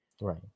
right